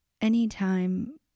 anytime